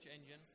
engine